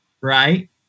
Right